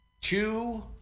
two